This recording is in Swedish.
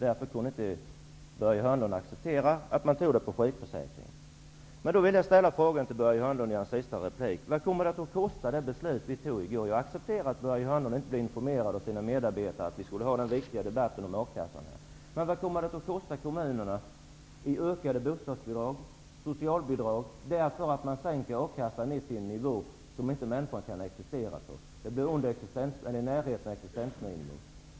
Därför kunde Börje Hörnlund inte acceptera att man tog det på sjukförsäkringen. Då vill jag ställa en fråga till Börje Hörnlund. Vad kommer det beslut som vi fattade i går att kosta? Jag accepterar att Börje Hörnlund inte blev informerad av sina medarbetare om att vi skulle ha den riktiga debatten om a-kassan i går. Vad kommer det att kosta kommunerna i ökade bostadsbidrag och ökade socialbidrag när man sänker a-kassan ner till en nivå som ingen människa kan existera på? Den kommer att ligga i närheten av existensminimum.